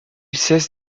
cesse